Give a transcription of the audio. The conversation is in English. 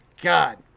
God